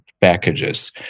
packages